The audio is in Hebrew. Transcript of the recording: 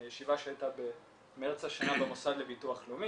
ישיבה שהייתה במרץ השנה במוסד לביטוח לאומי